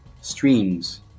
streams